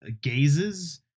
gazes